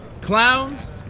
clowns